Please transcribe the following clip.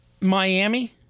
Miami